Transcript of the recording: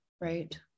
Right